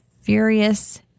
Furious